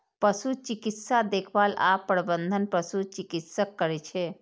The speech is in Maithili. पशु चिकित्सा देखभाल आ प्रबंधन पशु चिकित्सक करै छै